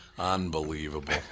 unbelievable